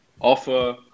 offer